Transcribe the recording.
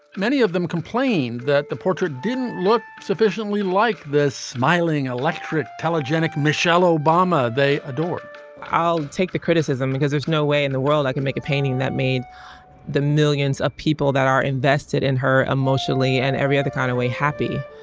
many of them complained that the portrait didn't look sufficiently like this smiling electorate telegenic michelle obama. they adored i'll take the criticism because there's no way in the world i can make a painting that mean the millions of people that are invested in her emotionally and every other kind of way happy.